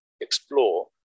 Explore